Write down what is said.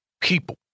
people